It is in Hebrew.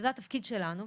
זה התפקיד שלנו,